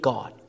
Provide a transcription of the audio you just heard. God